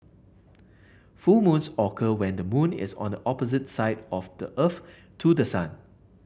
full moons occur when the moon is on the opposite side of the Earth to the sun